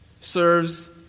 serves